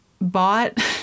bought